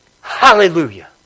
Hallelujah